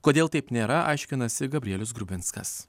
kodėl taip nėra aiškinasi gabrielius grubinskas